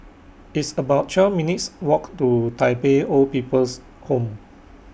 It's about twelve minutes' Walk to Tai Pei Old People's Home